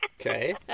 Okay